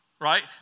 Right